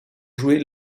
jouer